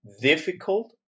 difficult